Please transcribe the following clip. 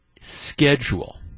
schedule